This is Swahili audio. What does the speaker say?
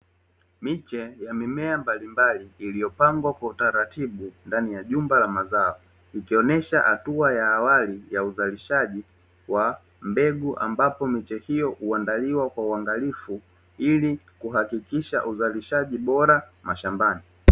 Miche ya mimea mbalimbali iliyopangwa kwa utaratibu ndani ya nyumba ya mazao, ikionyesha hatua ya awali ya uzalishaji wa mbegu ambapo miche hio huandaliwa kwa uangalifu ili kuhakikisha uzalishaji bora mashambani.